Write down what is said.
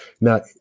Now